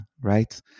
right